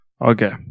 Okay